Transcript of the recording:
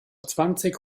zwanzig